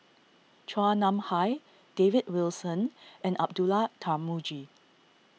Chua Nam Hai David Wilson and Abdullah Tarmugi